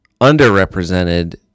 underrepresented